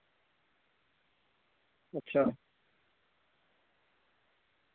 अच्छा